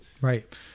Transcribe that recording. right